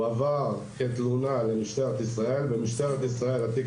הוא הועבר כתלונה למשטרת ישראל והתיק